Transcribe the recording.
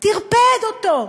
טרפד אותו.